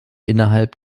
innerhalb